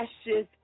ashes